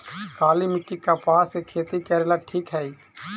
काली मिट्टी, कपास के खेती करेला ठिक हइ?